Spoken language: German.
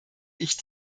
ich